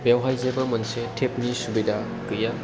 बेयावहाय जेबो मोनसे टेप नि सुबिदा गैया